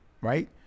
right